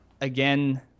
again